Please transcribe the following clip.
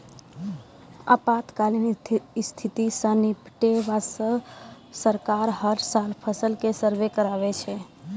आपातकालीन स्थिति सॅ निपटै वास्तॅ सरकार हर साल फसल के सर्वें कराबै छै